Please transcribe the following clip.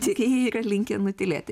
tyrėjai yra linkę nutylėti